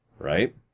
Right